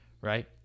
right